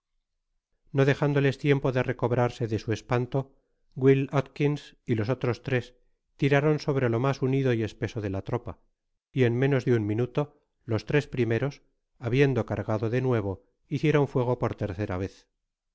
no dejándoles tiempo de recobrarse de su espanto wili atkinsylos otros tres tiraron sobre le mas unido y espeso de la tropa y en menos de un minuto los tres primeros habiendo cargado de nuevo hicieron fuego por tercera vez